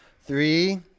three